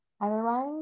Otherwise